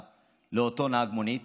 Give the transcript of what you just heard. לאותו נהג מונית,